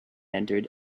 entered